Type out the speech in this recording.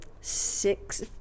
six